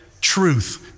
truth